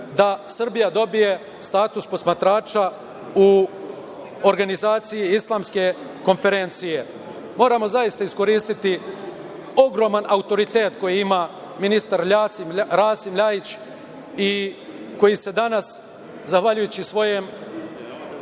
da Srbija dobije status posmatrača u Organizaciji islamske konferencije. Moram iskoristiti ogroman autoritet koji ima ministar Rasim Ljajić i koji se danas, zahvaljujući svom